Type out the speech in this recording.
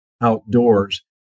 outdoors